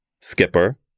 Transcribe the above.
Skipper